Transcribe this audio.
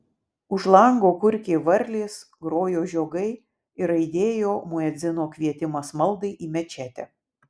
už lango kurkė varlės grojo žiogai ir aidėjo muedzino kvietimas maldai į mečetę